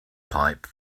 pipe